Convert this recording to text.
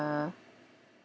uh